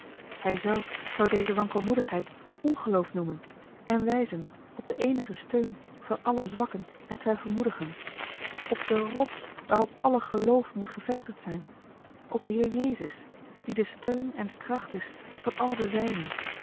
hij zelf zou deze wankelmoedigheid ongeloof noemen en u wijzen op den eenigen steun van alle zwakken en twijfel moedigen op de rots waarop alle geloof moet gevestigd zijn op a l g bosboom-toussaint de delftsche wonderdokter eel den heer jezus die de steun en de kracht is van al de zijnen